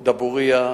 דבורייה,